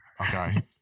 okay